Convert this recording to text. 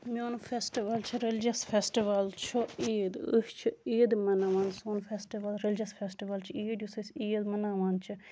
میون فٮ۪سٹِوَل چھُ religious festival چھُ عیٖد أسۍ چھِ عیٖد مَناوان سون فٮ۪سٹِول رٮ۪لِجَس فٮ۪سٹِول چھُ عیٖد یُس أسۍ عیٖد مَناوان چھِ